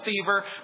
fever